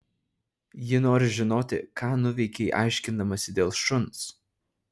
ji nori žinoti ką nuveikei aiškindamasi dėl šuns